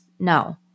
No